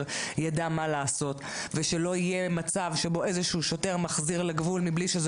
יידע מה לעשות ושלא יהיה מצב שבו איזשהו שוטר מחזיר לגבול בלי שזה